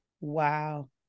Wow